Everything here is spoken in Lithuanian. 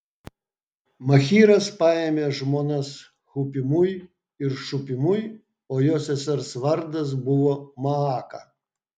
machyras paėmė žmonas hupimui ir šupimui o jo sesers vardas buvo maaka